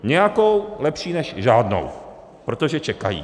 Nějakou, lepší než žádnou, protože čekají.